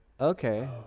Okay